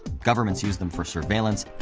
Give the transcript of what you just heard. governments use them for surveillance,